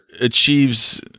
achieves